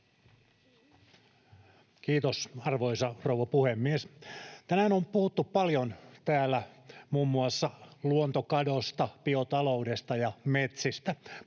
Kiitos, arvoisa rouva puhemies! Tänään on puhuttu paljon täällä muun muassa luontokadosta, biotaloudesta ja metsistä.